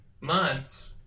months